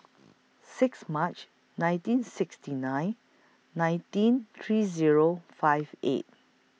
six March nineteen sixty nine nineteen three Zero five eight